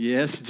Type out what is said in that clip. Yes